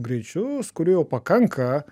greičius kurių jau pakanka